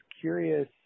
curious